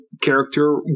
character